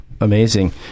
amazing